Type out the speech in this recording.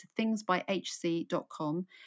thingsbyhc.com